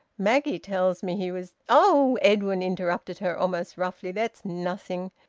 maggie tells me he was oh! edwin interrupted her almost roughly. that's nothing.